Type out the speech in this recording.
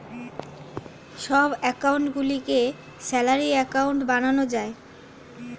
সব অ্যাকাউন্ট গুলিকে salary account বানানো যায়